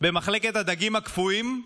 במחלקת הדגים הקפואים,